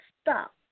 stop